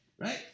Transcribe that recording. Right